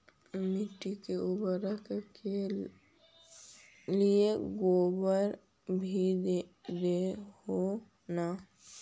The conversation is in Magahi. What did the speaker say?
मिट्टी के उर्बरक के लिये गोबर भी दे हो न?